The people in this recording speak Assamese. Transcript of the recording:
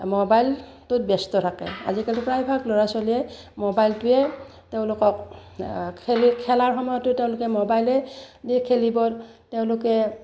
মোবাইলটোত ব্যস্ত থাকে আজিকালি প্ৰায়ভাগ ল'ৰা ছোৱালীয়ে মোবাইলটোৱে তেওঁলোকক খেলি খেলাৰ সময়তো তেওঁলোকে ম'বাইলে দি খেলিব তেওঁলোকে